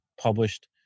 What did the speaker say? published